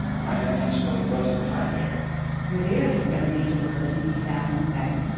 maya angelou was the pioneer rivera discovered angeles back in two thousand and seven.